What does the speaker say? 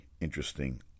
interesting